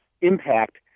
impact